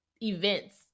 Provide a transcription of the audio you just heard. events